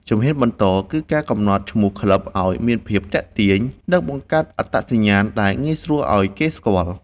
ជំហានបន្ត គឺការកំណត់ឈ្មោះក្លឹបឱ្យមានភាពទាក់ទាញ និងបង្កើតអត្តសញ្ញាណដែលងាយស្រួលឱ្យគេស្គាល់។